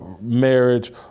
marriage